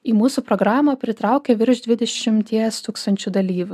į mūsų programą pritraukia virš dvidešimties tūkstančių dalyvių